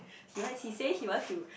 he want he say he want to